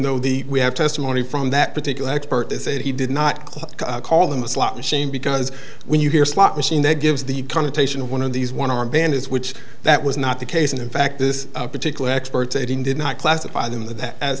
though the we have testimony from that particular expert is that he did not call them a slot machine because when you hear slot machine that gives the connotation of one of these one armband is which that was not the case and in fact this particular experts i didn't did not classify them that as